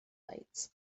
lights